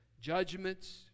judgments